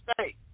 State